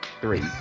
Three